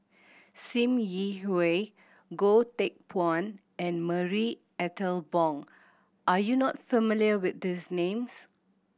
Sim Yi Hui Goh Teck Phuan and Marie Ethel Bong are you not familiar with these names